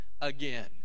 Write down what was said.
again